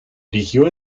erigió